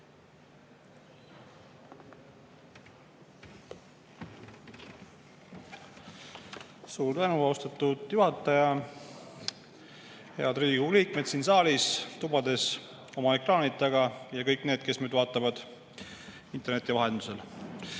Suur tänu, austatud juhataja! Head Riigikogu liikmed siin saalis, tubades oma ekraanide taga, ja kõik need, kes meid interneti vahendusel